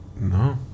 No